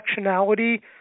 directionality